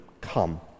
come